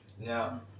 Now